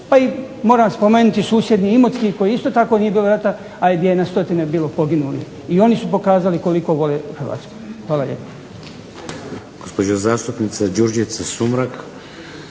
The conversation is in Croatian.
Pa i moram spomenuti susjedni Imotski koji isto tako nije bilo rata, ali gdje je na stotine bilo poginulih. I oni su pokazali koliko vole Hrvatsku. Hvala lijepa.